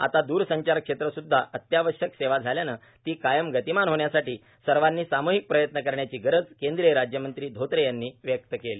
आता द्रसंचार क्षेत्र सुद्धा अत्यावशक सेवा झाल्यान ती कायम गतीमान होण्यासाठी सर्वानी सामुहिक प्रयत्न करण्याची गरज केंद्रीय राज्यमंत्री धोत्रे यांनी व्यक्त केली